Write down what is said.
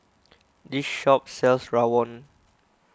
the shop sells Rawon